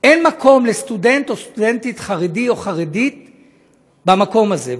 אין מקום לסטודנט או סטודנטית חרדים במקום הזה.